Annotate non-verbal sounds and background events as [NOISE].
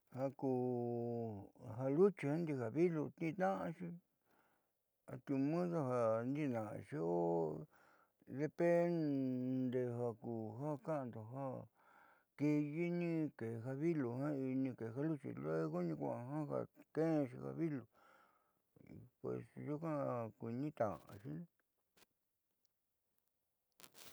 Ja ku luchi ndi'i ja vilu tniintna'axi ati [HESITATION] udu ja ndiitna'axi o depende ja ku ja ka'ando ja ki'iyii kee ja vilu jiaani kee ja luchi luego niikua'a ja xeenxi ja vilu pues nyuuka kuiinitna'axi.